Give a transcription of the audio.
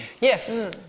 Yes